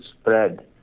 spread